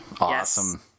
Awesome